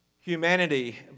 humanity